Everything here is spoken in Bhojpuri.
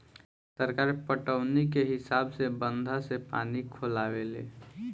सरकार पटौनी के हिसाब से बंधा से पानी खोलावे ले